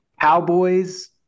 Cowboys